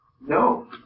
No